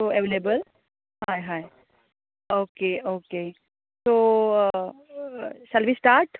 so available हय हय okay okay so shall we start